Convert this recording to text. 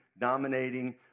dominating